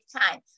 time